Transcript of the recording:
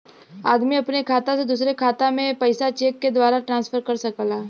आदमी अपने खाता से दूसरे के खाता में पइसा चेक के द्वारा ट्रांसफर कर सकला